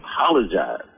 apologize